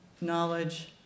knowledge